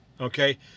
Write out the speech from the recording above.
okay